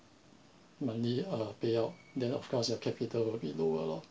monthly uh payout then of course your capital will be lower lor